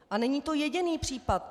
A není to jediný případ.